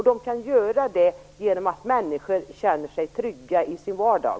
Det kan göras genom att människor känner sig trygga i sin vardag.